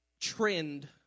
trend